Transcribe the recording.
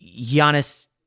Giannis